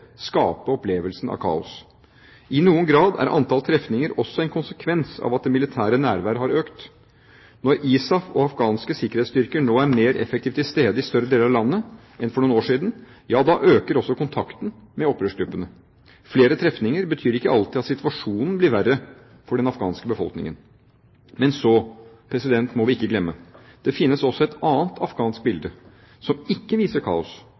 skape opplevelsen av kaos. I noen grad er antall trefninger også en konsekvens av at det militære nærværet har økt. Når ISAF og afghanske sikkerhetsstyrker nå er mer effektivt til stede i større deler av landet enn for noen år siden, øker også kontakten med opprørsgruppene. Flere trefninger betyr ikke alltid at situasjonen blir verre for den afghanske befolkningen. Men så må vi ikke glemme: Det finnes også et annet afghansk bilde, som ikke viser kaos